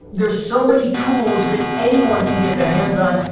there's so many tools that anyone can get their hands on.